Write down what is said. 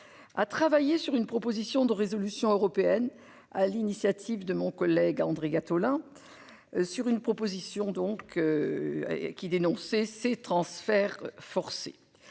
À travailler sur une proposition de résolution européenne à l'initiative de mon collègue André Gattolin. Sur une proposition donc. Qui dénonçaient ces transferts forcés.